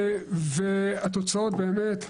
והתוצאות באמת,